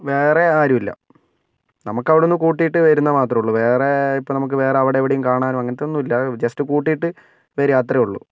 വേറെ ആരും ഇല്ല നമുക്ക് അവിടുന്ന് കൂട്ടീട്ടു വരുന്ന മാത്രമേ ഉള്ളൂ വേറെ ഇപ്പം നമുക്ക് അവിടെ എവിടേയും കാണാനോ അങ്ങനത്തെ ഒന്നും ഇല്ല ജസ്റ്റ് കൂട്ടീട്ട് വരുക അത്രയേ ഉള്ളൂ